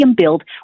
build